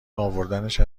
اوردنش